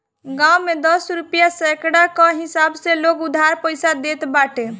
गांव में दस रुपिया सैकड़ा कअ हिसाब से लोग उधार पईसा देत बाटे